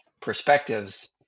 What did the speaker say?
perspectives